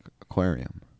aquarium